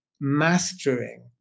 mastering